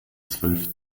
zwölf